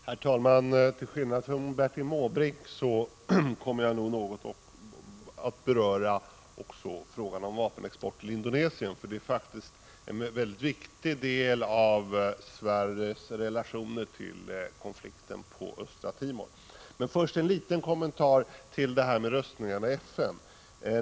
Herr talman! Till skillnad från Bertil Måbrink kommer jag att något beröra också frågan om vapenexport till Indonesien, eftersom det är en mycket viktig del av Sveriges relationer till konflikten på Östra Timor. Först vill jag göra en liten kommentar till röstningarna i FN.